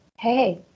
Hey